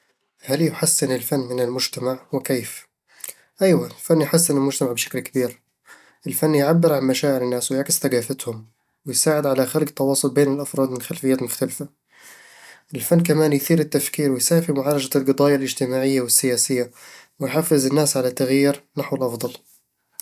هل يحسّن الفن من المجتمع؟ وكيف؟ أيوه، الفن يحسّن المجتمع بشكل كبير الفن يعبر عن مشاعر الناس ويعكس ثقافاتهم، ويساعد على خلق تواصل بين الأفراد من خلفيات مختلفة الفن كمان يثير التفكير ويساهم في معالجة القضايا الاجتماعية والسياسية، ويحفز الناس على التغيير نحو الأفضل